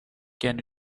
can